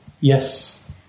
Yes